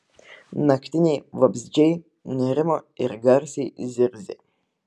naktiniai vabzdžiai nerimo ir garsiai zirzė